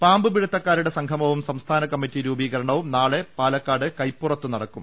പാമ്പ് പിടുത്തക്കാരുടെ സംഗമവും സംസ്ഥാന കമ്മറ്റി രൂപീകരണവും നാളെ പാലക്കാട് കൈപ്പുറത്തു നടക്കും